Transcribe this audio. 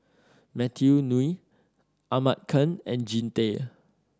Matthew Ngui Ahmad Khan and Jean Tay